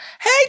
Hey